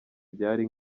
ryari